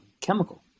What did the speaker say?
chemical